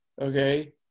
okay